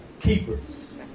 keepers